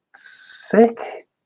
sick